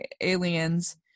aliens